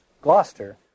Gloucester